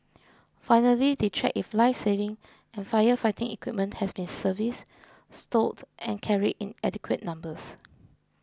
finally they check if lifesaving and firefighting equipment has been serviced stowed and carried in adequate numbers